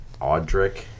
Audric